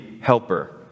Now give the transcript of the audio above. helper